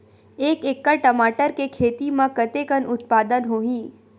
एक एकड़ टमाटर के खेती म कतेकन उत्पादन होही?